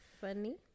Funny